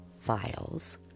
files